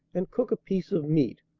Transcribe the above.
and cook a piece of meat,